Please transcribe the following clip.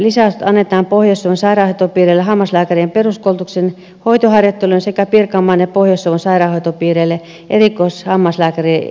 lisäystä annetaan pohjois suomen sairaanhoitopiireille hammaslääkärien peruskoulutuksen hoitoharjoitteluun sekä pirkanmaan ja pohjois suomen sairaanhoitopiireille erikoishammaslääkärikoulutuksen kehittämiseen